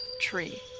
tree